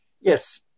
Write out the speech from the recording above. Yes